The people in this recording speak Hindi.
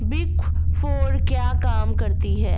बिग फोर क्या काम करती है?